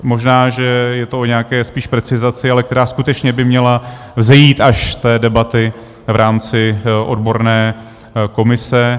Možná, že je to o nějaké spíš precizaci, ale která skutečně by měla vzejít až z té debaty v rámci odborné komise.